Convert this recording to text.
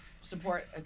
support